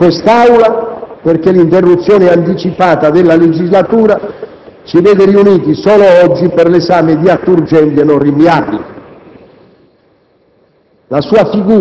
Lo ricordo oggi in quest'Aula perché l'interruzione anticipata della legislatura ci vede riuniti solo oggi per l'esame di atti urgenti e non rinviabili.